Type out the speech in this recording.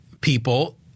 people